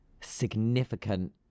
significant